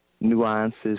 nuances